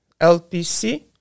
LPC